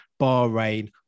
Bahrain